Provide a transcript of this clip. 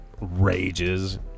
rages